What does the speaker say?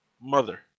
mother